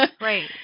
Right